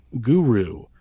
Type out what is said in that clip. guru